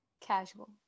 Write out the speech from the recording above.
casual